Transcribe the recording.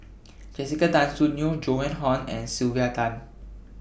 Jessica Tan Soon Neo Joan Hon and Sylvia Tan